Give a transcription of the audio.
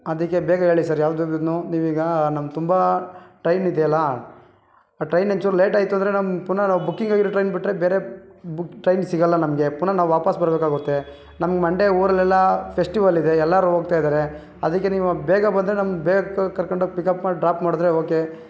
ಅದಕ್ಕೆ ಬೇಗ ಹೇಳಿ ಸರ್ ಯಾವ್ದು ನೀವೀಗ ನಮ್ಮ ತುಂಬಾ ಟ್ರೈನಿದೆಯಲ್ಲ ಆ ಟ್ರೈನ್ ಒಂಚೂರು ಲೇಟ್ ಆಯಿತು ಅಂದರೆ ನಮ್ಮ ಪುನಃ ನಾವು ಬುಕಿಂಗ್ ಆಗಿರೋ ಟ್ರೈನ್ ಬಿಟ್ಟರೆ ಬೇರೆ ಬು ಟ್ರೈನ್ ಸಿಗಲ್ಲ ನಮಗೆ ಪುನಃ ನಾವು ವಾಪಸ ಬರಬೇಕಾಗತ್ತೆ ನಮ್ಗೆ ಮಂಡೇ ಊರಲೆಲ್ಲ ಫೆಶ್ಟಿವಲ್ ಇದೆ ಎಲ್ಲರೂ ಹೋಗ್ತಾ ಇದ್ದಾರೆ ಅದಕ್ಕೆ ನೀವು ಬೇಗ ಬಂದರೆ ನಮ್ಗೆ ಬೇಗ ಕರ್ಕೊಂಡು ಹೋಗಿ ಪಿಕಪ್ ಮಾಡಿ ಡ್ರಾಪ್ ಮಾಡಿದ್ರೆ ಓಕೆ